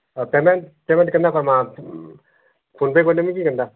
ଆଉ payment payment କେମିତି କରମା ଫୋନ୍ ପେ' କରିଦେମି କି କେନ୍ତା